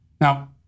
Now